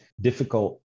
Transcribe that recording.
difficult